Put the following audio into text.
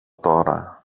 τώρα